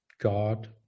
God